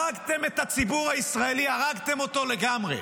הרגתם את הציבור הישראלי, הרגתם אותו לגמרי.